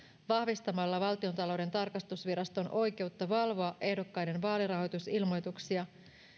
vahvistamalla valtiontalouden tarkastusviraston oikeutta valvoa ehdokkaiden vaalirahoitusilmoituksia